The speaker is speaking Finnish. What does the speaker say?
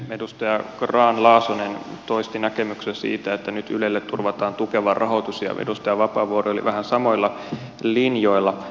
edustaja grahn laasonen toisti sen näkemyksen että nyt ylelle turvataan tukeva rahoitus ja edustaja vapaavuori oli vähän samoilla linjoilla